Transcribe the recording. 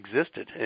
existed